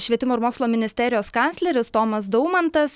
švietimo ir mokslo ministerijos kancleris tomas daumantas